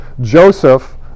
Joseph